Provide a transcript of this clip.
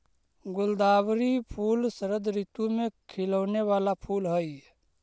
गुलदावरी फूल शरद ऋतु में खिलौने वाला फूल हई